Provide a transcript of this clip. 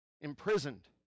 Imprisoned